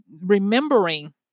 remembering